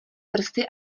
prsty